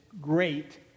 great